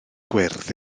gwyrdd